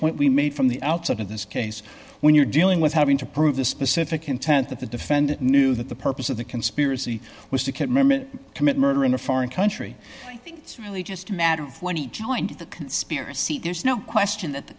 point we made from the outset of this case when you're dealing with having to prove the specific intent that the defendant knew that the purpose of the conspiracy was ticket mehmet commit murder in a foreign country i think it's really just a matter of when he joined the conspiracy there's no question that the